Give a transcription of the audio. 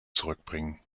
zurückbringen